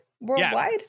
worldwide